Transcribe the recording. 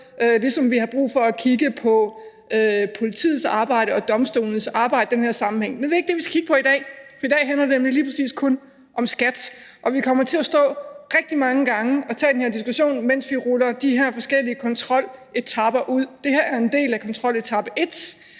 som vi har brug for at kigge på politiets arbejde og domstolenes arbejde i den her sammenhæng. Men det er ikke det, vi skal kigge på i dag, for i dag handler det nemlig lige præcis kun om skat, og vi kommer til at stå rigtig mange gange og tage den her diskussion, mens vi ruller de her forskellige kontroletaper ud. Det her er kontroletape 1.